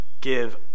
give